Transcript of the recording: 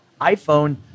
iPhone